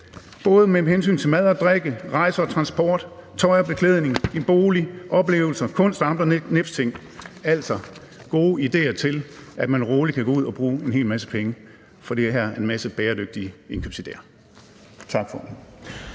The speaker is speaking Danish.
både med hensyn til mad og drikke, rejser og transport, tøj og beklædning, bolig, oplevelser, kunst og andre nipsting, altså gode ideer til, hvordan man roligt kan gå ud og bruge en hel masse penge, for det her er en masse bæredygtige indkøbsideer. Tak for